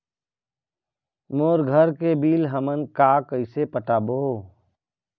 मोर घर के बिल हमन का कइसे पटाबो?